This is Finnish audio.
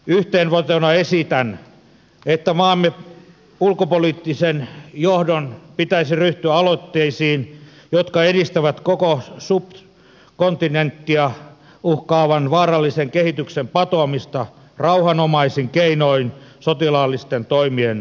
yhteenvetona esitän että maamme ulkopoliittisen johdon pitäisi ryhtyä aloitteisiin jotka edistävät koko subkontinenttia uhkaavan vaarallisen kehityksen patoamista rauhanomaisin keinoin sotilaallisten toimien sijasta